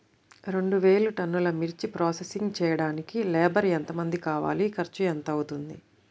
రెండు వేలు టన్నుల మిర్చి ప్రోసెసింగ్ చేయడానికి లేబర్ ఎంతమంది కావాలి, ఖర్చు ఎంత అవుతుంది?